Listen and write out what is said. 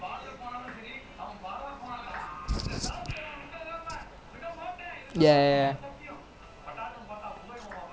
err felix I remember one time I think almost like he feel so confident he just awhile he legit I don't know how felix on the fly he get up and save again